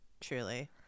Truly